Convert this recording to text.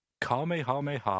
Kamehameha